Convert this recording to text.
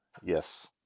Yes